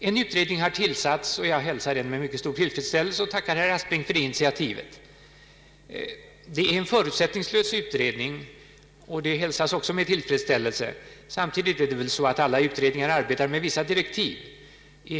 En utredning har tillsatts, och jag hälsar den med mycket stor tillfredsställelse samt tackar statsrådet Aspling för det initiativet. Det är en förutsättningslös utredning, vilket också är glädjande. Samtidigt är det väl så att alla utredningar arbetar efter vissa direktiv.